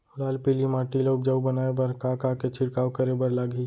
लाल पीली माटी ला उपजाऊ बनाए बर का का के छिड़काव करे बर लागही?